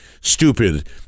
stupid